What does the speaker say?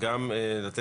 גם לתת